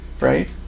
Right